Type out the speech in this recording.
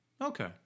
okay